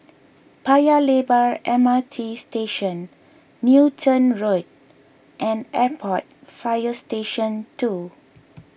Paya Lebar M R T Station Newton Road and Airport Fire Station two